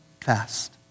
fast